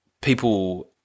people